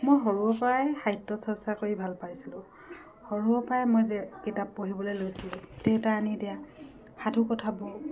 মই সৰুৰে পৰাই সাহিত্য চৰ্চা কৰি ভাল পাইছিলোঁ সৰুৰে পৰাই মই কিতাপ পঢ়িবলে লৈছিলোঁ দেউতাই আনি দিয়া সাধু কথাবোৰ